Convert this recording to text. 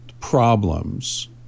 problems